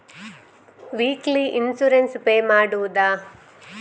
Weekly insurance pay ಮಾಡುವುದ?